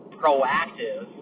proactive